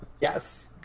Yes